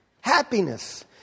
Happiness